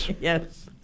Yes